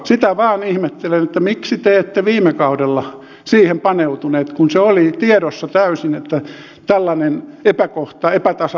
sitä vain ihmettelen että miksi te ette viime kaudella siihen paneutuneet kun oli tiedossa täysin että tällainen epäkohta epätasa arvo meillä on